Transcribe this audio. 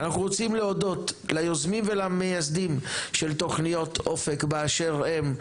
אנחנו רוצים להודות ליוזמים ולמייסדים של תוכניות אופק באשר הם,